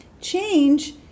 Change